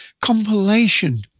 compilation